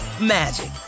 magic